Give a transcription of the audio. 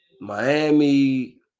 Miami